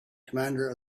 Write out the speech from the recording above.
commander